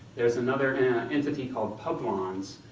there was another and entity called publons,